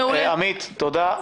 עמית, תודה.